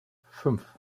fünf